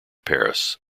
paris